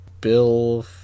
Bill